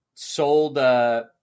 sold